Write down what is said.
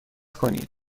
کنید